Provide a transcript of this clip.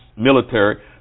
military